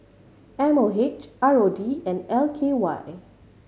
M O H R O D and L K Y